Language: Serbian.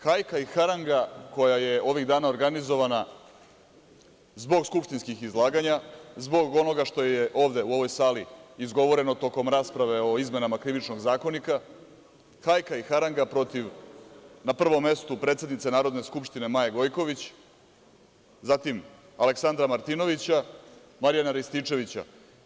Hajka i haranga koja je ovih dana organizovana zbog skupštinskih izlaganja, zbog onoga što je ovde, u ovoj sali, izgovoreno tokom rasprave o izmenama Krivičnog zakonika, hajka i haranga protiv, na prvom mestu, predsednice Narodne skupštine Maje Gojković, zatim Aleksandra Martinovića, Marijana Rističevića.